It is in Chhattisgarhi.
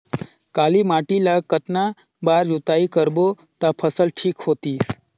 काली माटी ला कतना बार जुताई करबो ता फसल ठीक होती?